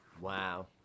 Wow